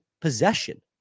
possession